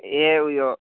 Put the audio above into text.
ए उयो